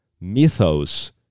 mythos